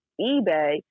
eBay